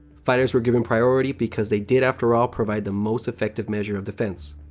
fighters were given priority because they did after all provide the most effective measure of defense.